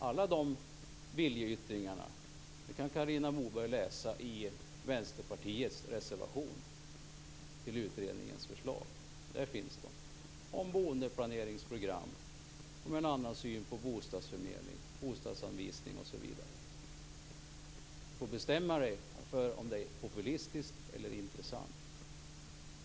Alla de viljeyttringarna kan Carina Moberg läsa i Vänsterpartiets reservation till utredningens förslag. Där finns de. Det gäller boendeplaneringsprogram och en annan syn på bostadsförmedling, bostadsanvisning, osv. Carina Moberg får bestämma sig om våra förslag är populistiska eller intressanta.